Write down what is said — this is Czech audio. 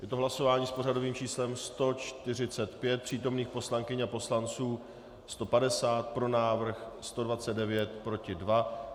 Je to hlasování s pořadovým číslem 145, přítomných poslankyň a poslanců 150, pro návrh 129, proti 2.